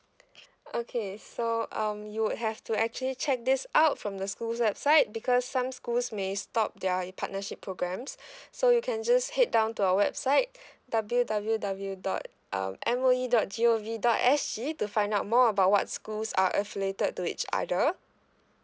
okay so um you would have to actually check this out from the school's website because some schools may stop their partnership programs so you can just head down to our website W W W dot um M O E dot G O V dot S G to find out more about what schools are affiliated to each other